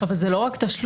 אבל זה לא רק תשלום.